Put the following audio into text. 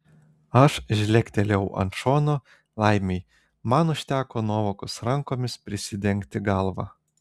aš žlegtelėjau ant šono laimei man užteko nuovokos rankomis prisidengti galvą